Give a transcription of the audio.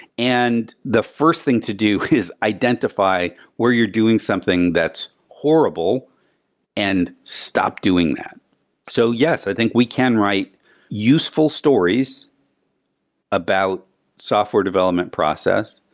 and the first thing to do is identify where you're doing something that's horrible and stop doing that so yes, i think we can write useful stories about software development process,